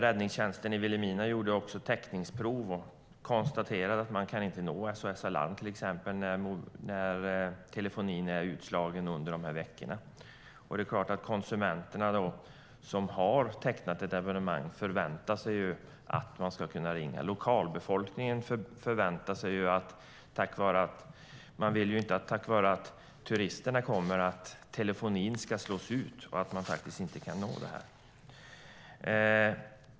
Räddningstjänsten i Vilhelmina gjorde täckningsprov och konstaterade att man till exempel inte kan nå SOS Alarm när telefonin är utslagen under de här veckorna. Det är klart att konsumenterna, som har tecknat ett abonnemang, förväntar sig att kunna ringa. Lokalbefolkningen förväntar sig att telefonin ska fungera och inte slås ut på grund av att turisterna kommer.